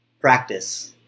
practice